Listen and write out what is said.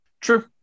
True